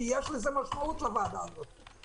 כי יש לוועדה הזאת משמעות,